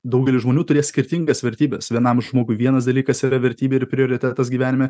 daugelis žmonių turės skirtingas vertybes vienam žmogui vienas dalykas yra vertybė ir prioritetas gyvenime